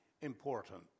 important